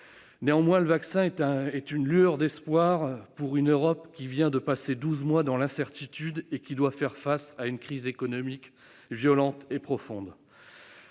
pas moins une lueur d'espoir pour une Europe qui vient de passer douze mois dans l'incertitude, et qui doit faire face à une crise économique violente et profonde.